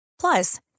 Plus